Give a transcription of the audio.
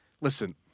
listen